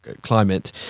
Climate